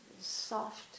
soft